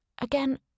Again